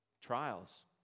Trials